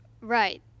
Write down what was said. Right